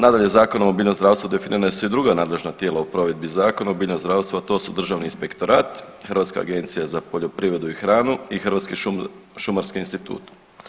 Nadalje, Zakonom o biljnom zdravstvu definirana su i druga nadležna tijela u provedbi Zakona o biljnom zdravstvu, a to su Državni inspektorat, Hrvatska agencija za poljoprivredu i hranu i Hrvatski šumarski institut.